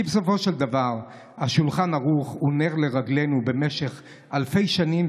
כי בסופו של דבר השולחן ערוך הוא נר לרגלינו במשך אלפי שנים.